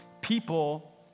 people